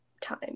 time